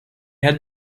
had